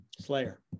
Slayer